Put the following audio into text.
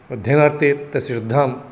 अध्ययनार्थे तस्य श्रद्धां